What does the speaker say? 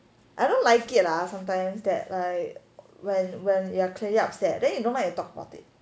I don't like it lah sometimes that like when when you are clearly upset then you don't like to talk about it